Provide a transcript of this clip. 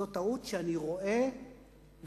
זאת טעות שאני רואה וחש